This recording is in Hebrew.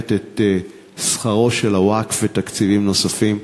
משלמת את שכרו של הווקף ותקציבים נוספים.